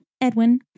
edwin